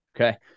okay